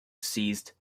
ceased